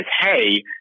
hey